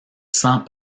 sans